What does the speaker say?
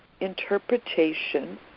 interpretation